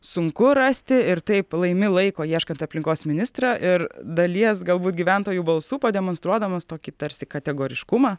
sunku rasti ir taip laimi laiko ieškant aplinkos ministrą ir dalies galbūt gyventojų balsų pademonstruodamas tokį tarsi kategoriškumą